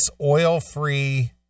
oil-free